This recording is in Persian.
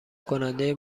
کننده